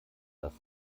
dass